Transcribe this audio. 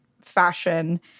fashion